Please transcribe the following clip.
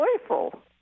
joyful